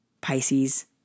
Pisces